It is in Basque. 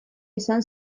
esan